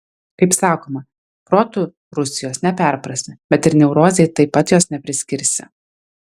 kaip sakoma protu rusijos neperprasi bet ir neurozei taip pat jos nepriskirsi